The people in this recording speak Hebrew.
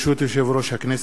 ברשות יושב-ראש הכנסת,